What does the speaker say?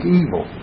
evil